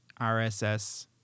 RSS